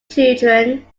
children